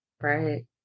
Right